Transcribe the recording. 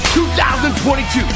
2022